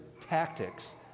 tactics